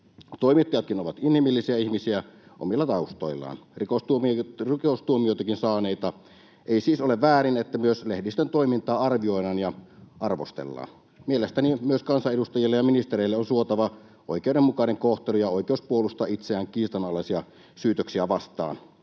Toimittajatkin ovat inhimillisiä ihmisiä omilla taustoillaan, rikostuomioitakin saaneita. Ei siis ole väärin, että myös lehdistön toimintaa arvioidaan ja arvostellaan. Mielestäni myös kansanedustajille ja ministereille on suotava oikeudenmukainen kohtelu ja oikeus puolustaa itseään kiistanalaisia syytöksiä vastaan.